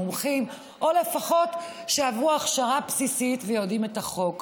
מומחים או לפחות שעברו הכשרה בסיסית ויודעים את החוק.